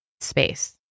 space